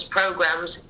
programs